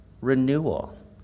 renewal